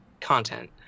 content